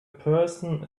person